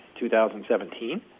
2017